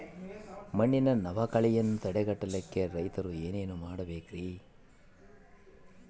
ಮಣ್ಣಿನ ಸವಕಳಿಯನ್ನ ತಡೆಗಟ್ಟಲಿಕ್ಕೆ ರೈತರು ಏನೇನು ಮಾಡಬೇಕರಿ?